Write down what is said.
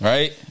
Right